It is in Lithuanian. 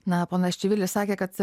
na ponas čivilis sakė kad